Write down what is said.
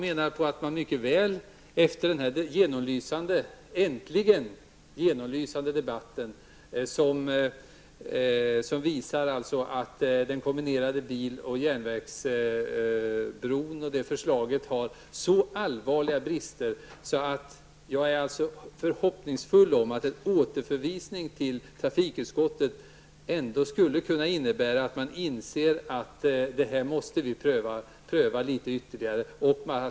Efter den genomlysande debatt som vi äntligen har fått och som alltså visar att förslaget om en kombinerad bil och järnvägsbro har mycket allvarliga brister hyser jag hopp om att en återförvisning till trafikutskottet ändå skulle kunna innebära att man inser att detta måste prövas ytterligare litet grand.